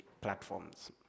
platforms